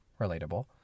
Relatable